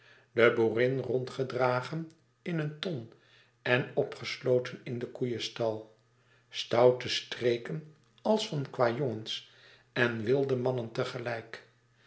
de boerin rondgedragen in een ton en opgesloten in de koeienstal stoute streken als van kwâjongens en wildemannen